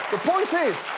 the point is,